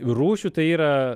rūšių tai yra